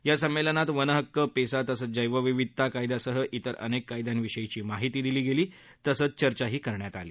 या संमेलनात वनहक्क पेसा तसंच जर्द्यप्रिविधता कायद्यासह इतर अनेक कायद्यांविषयीची माहिती दिली गेली तसंच चर्चाही करण्यात आली